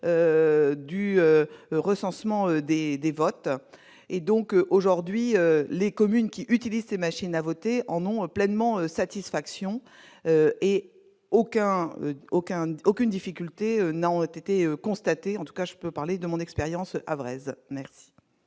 du recensement des des votes et donc aujourd'hui, les communes qui utilisent ces machines à voter en ont pleinement satisfaction et aucun, aucun, aucune difficulté n'ont été constatés en tout cas je peux parler de mon expérience Havraises merci.